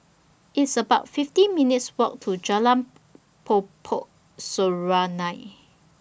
It's about fifty minutes' Walk to Jalan Po Pokok Serunai